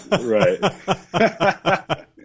Right